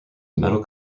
meadow